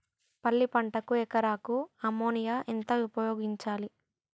పల్లి పంటకు ఎకరాకు అమోనియా ఎంత ఉపయోగించాలి?